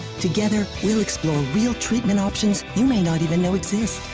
together, we'll explore real treatment options you may not even know exist.